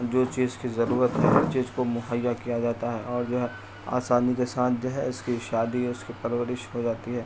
جو چیز کی ضرورت وہ چیز کو مہیا کیا جاتا ہے اور جو ہے آسانی کے ساتھ جو ہے اس کی شادی اس کی پرورش ہو جاتی ہے